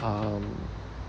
um